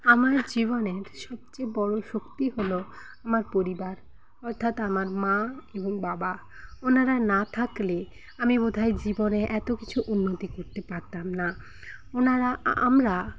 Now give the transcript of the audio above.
আমার জীবনের সবচেয়ে বড় শক্তি হল আমার পরিবার অর্থাৎ আমার মা এবং বাবা ওনারা না থাকলে আমি বোধয় জীবনে এত কিছু উন্নতি করতে পারতাম না ওনারা আমরা